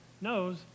knows